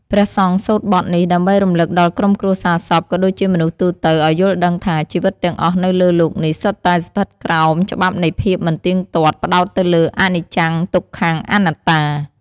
ព្រះសង្ឃសូត្របទនេះ ដើម្បីរំលឹកដល់ក្រុមគ្រួសារសព ក៏ដូចជាមនុស្សទូទៅ ឲ្យយល់ដឹងថា ជីវិតទាំងអស់នៅលើលោកនេះ សុទ្ធតែស្ថិតក្រោមច្បាប់នៃភាពមិនទៀងទាត់ ផ្ដោតទៅលើ អនិច្ចំ ទុក្ខំ អនត្តា។